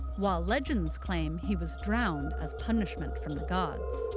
while legends claim he was drowned as punishment from the gods.